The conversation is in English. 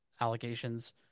allegations